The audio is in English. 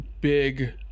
big